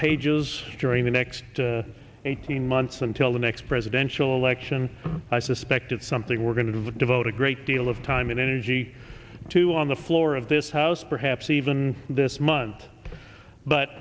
pages during the next to eighteen months until the next presidential election i suspect it's something we're going to devote a great deal of time and energy to on the floor of this house perhaps even this month but